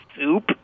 soup